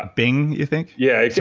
bing, you think yeah. it yeah